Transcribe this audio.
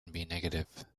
negative